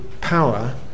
power